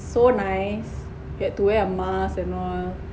so nice get to wear a mask and all